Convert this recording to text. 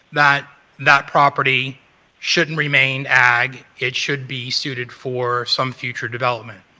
that that property shouldn't remain ag, it should be suited for some future development.